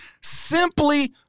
simply